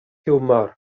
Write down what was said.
hiwmor